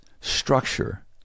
structure